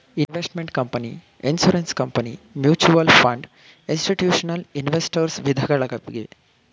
investment company, insurance company, mutual fund, institutional investors ವಿಧಗಳಾಗಿವೆ